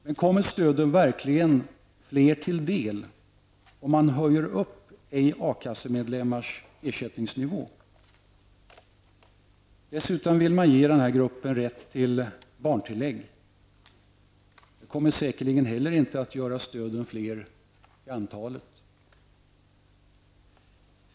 Men kommer stöden verkligen fler till del om man höjer ej-A-kassemedlemmars ersättningsnivå? Man vill ge denna grupp rätt till barntillägg. Det kommer säkerligen inte heller att göra stöden fler till antalet.